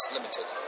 Limited